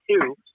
two